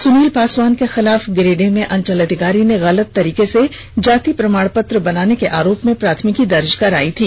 सुनील पासवान के खिलाफ गिरिडीह में अंचलाधिकारी ने गलत तरीके से जाति प्रमाण पत्र बनाने के आरोप में प्राथमिकी दर्ज कराई थी